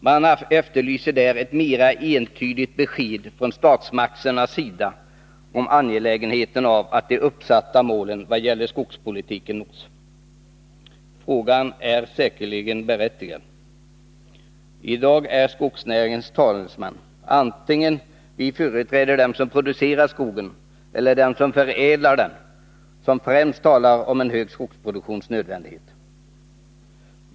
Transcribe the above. Man efterlyser där ett mera entydigt besked från statsmakternas sida om angelägenheten av att de uppsatta målen vad gäller skogspolitiken nås. Frågan är säkerligen berättigad. I dag är det skogsnäringens talesmän, vare sig de företräder dem som producerar skogen eller dem som förädlar den, som främst talar om nödvändigheten av en hög skogsproduktion.